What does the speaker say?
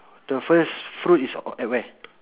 the first fruit is on at where